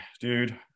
dude